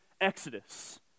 exodus